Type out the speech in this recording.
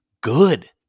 good